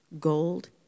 gold